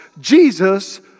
Jesus